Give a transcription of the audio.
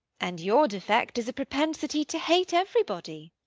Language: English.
and your defect is a propensity to hate everybody.